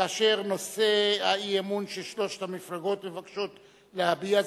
כאשר נושא האי-אמון ששלוש המפלגות מבקשות להביע זה,